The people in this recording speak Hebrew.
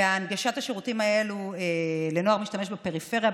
והנגשת השירותים האלה לנוער משתמש בפריפריה,